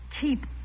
keep